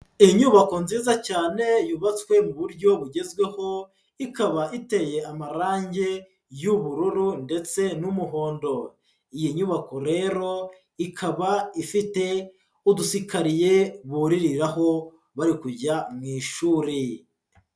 Inyubako nziza cyane yubatswe mu buryo bugezweho, ikaba iteye amarangi y'ubururu ndetse n'umuhondo. Iyi nyubako rero ikaba ifite udusikariye buririraho bari kujya mu ishuri.